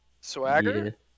Swagger